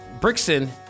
Brixton